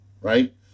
right